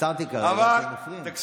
עצרתי כרגע, כי אתם מפריעים.